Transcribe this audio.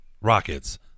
Rockets